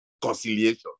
conciliation